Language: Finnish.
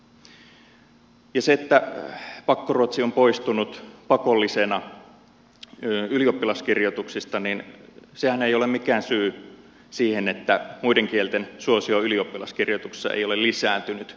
se että pakkoruotsi on poistunut pakollisena ylioppilaskirjoituksista ei ole mikään syy siihen että muiden kielten suosio ylioppilaskirjoituksissa ei ole lisääntynyt